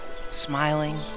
smiling